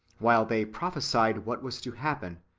while they prophesied what was to happen,